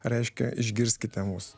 reiškia išgirskite mus